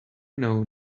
know